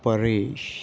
Paresh